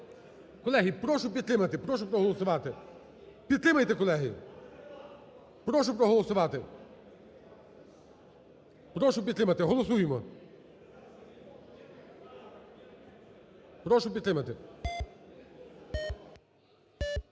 Колеги, прошу підтримати, прошу проголосувати. Підтримайте, колеги. Прошу проголосувати, прошу підтримати. Голосуємо. Прошу підтримати.